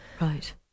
Right